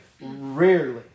rarely